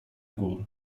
gór